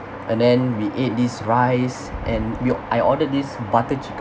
and then we ate this rice and yolk I ordered this butter chicken